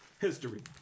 History